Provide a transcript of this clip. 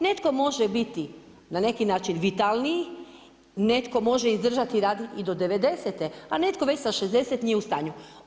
Netko može biti na neki način vitalniji, netko može izdržati raditi i do 90.-te, a netko već sa 60 nije u stanju.